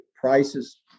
prices